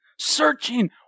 searching